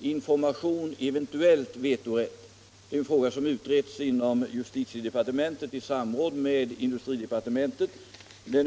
till information och eventuellt vetorätt. Den frågan utreds inom justitiedepartementet i samråd med industridepartementet.